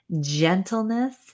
gentleness